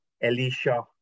Elisha